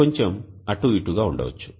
కొంచెం అటు ఇటు గా ఉండవచ్చు